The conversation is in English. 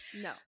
No